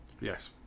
Yes